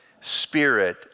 spirit